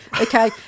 okay